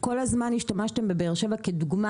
כל הזמן נתתם את באר שבע כדוגמה,